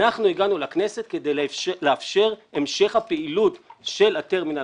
אנחנו הגענו לכנסת כדי לאפשר את המשך הפעילות של הטרמינל